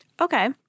Okay